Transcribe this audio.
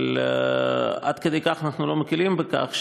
אבל עד כדי כך אנחנו לא מקלים בכך,